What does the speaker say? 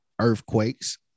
earthquakes